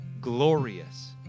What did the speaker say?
glorious